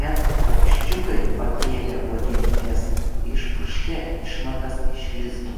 net paukščiukai pakėlę uodegytes išpurškia išmatas iš lizdo